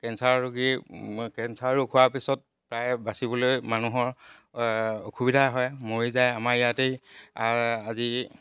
cancer ৰোগী cancer ৰোগ হোৱাৰ পিছত প্ৰায় বাচিবলৈ মানুহৰ অসুবিধা হয় মৰি যায় আমাৰ ইয়াতেই আজি